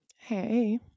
Hey